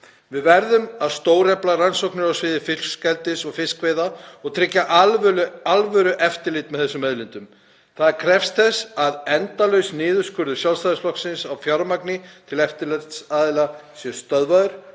Við verðum að stórefla rannsóknir á sviði fiskeldis og fiskveiða og tryggja alvörueftirlit með þessum auðlindum. Það krefst þess að endalaus niðurskurður Sjálfstæðisflokksins á fjármagni til eftirlitsaðila sé stöðvaður